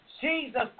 Jesus